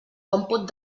còmput